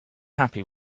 happy